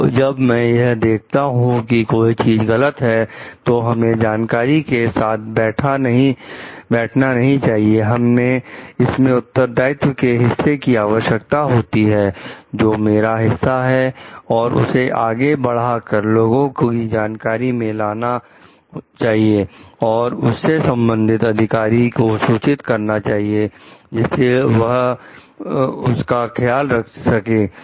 तो जब मैं यह देखता हूं कि कोई चीज गलत है तो हमें जानकारी के साथ बैठना नहीं चाहिएइसमें उत्तरदायित्व के हिस्से की आवश्यकता होती है जो मेरा हिस्सा है और उसे आगे बढ़ाकर लोगों की जानकारी में लाना चाहिए और उससे संबंधित अधिकारी को सूचित करना चाहिए जिससे वह उसका ख्याल रख सके